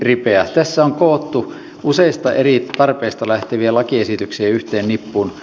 tässä on koottu useista eri tarpeista lähteviä lakiesityksiä yhteen nippuun